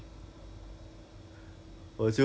then 你 reply 她什么